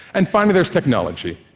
and finally, there's technology.